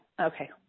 okay